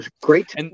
Great